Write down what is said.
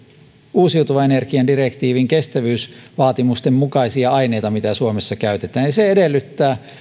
uusiutuvan energian direktiivin kestävyysvaatimusten mukaisia aineita mitä suomessa käytetään ja se edellyttää